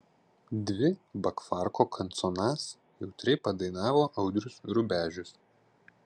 dvi bakfarko kanconas jautriai padainavo audrius rubežius